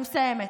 אני מסיימת.